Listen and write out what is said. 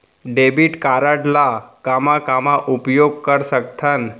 Debit card ला कामा कामा उपयोग कर सकथन?